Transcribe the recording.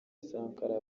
sankara